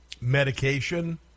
medication